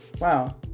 Wow